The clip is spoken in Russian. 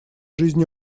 жизни